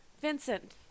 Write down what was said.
Vincent